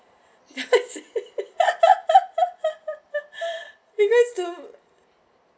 we was to